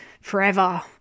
forever